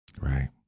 Right